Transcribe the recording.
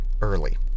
early